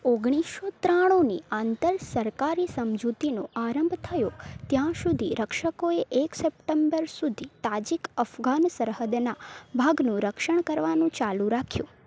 ઓગણીસો ત્રાણુની આંતર સરકારી સમઝૂતીનો આરંભ થયો ત્યાં સુધી રક્ષકોએ એક સપ્ટેમ્બર સુધી તાજિક અફઘાન સરહદના ભાગનું રક્ષણ કરવાનું ચાલુ રાખ્યું